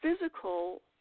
physical